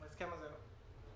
בהסכם הזה לא.